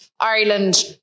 Ireland